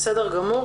בסדר גמור.